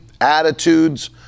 attitudes